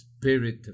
spirit